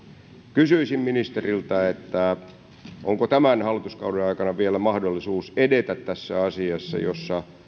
kysyisin ministeriltä onko tämän hallituskauden aikana vielä mahdollisuus edetä tässä asiassa jossa